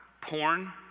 porn